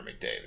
McDavid